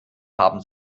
haben